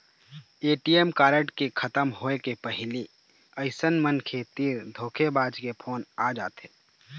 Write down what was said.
ATM card के खतम होए के पहिली अइसन मनखे तीर धोखेबाज के फोन आ जाथे